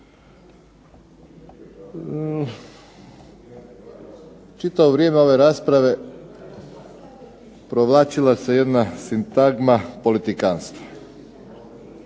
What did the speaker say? Čitavo vrijeme ove rasprave provlačila se jedna sintagma politikantstva.